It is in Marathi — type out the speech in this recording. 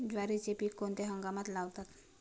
ज्वारीचे पीक कोणत्या हंगामात लावतात?